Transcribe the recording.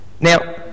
Now